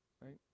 Right